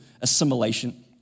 assimilation